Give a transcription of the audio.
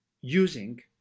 using